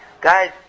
Guys